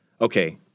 okay